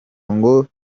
ngo